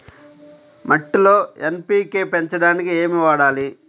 మట్టిలో ఎన్.పీ.కే పెంచడానికి ఏమి వాడాలి?